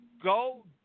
go